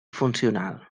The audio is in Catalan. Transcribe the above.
funcional